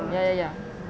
ya ya ya